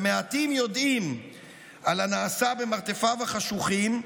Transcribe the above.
ומעטים יודעים על הנעשה במרתפיו החשוכים,